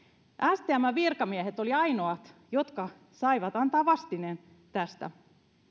stmn virkamiehet olivat ainoat jotka saivat antaa vastineen tästä